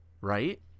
Right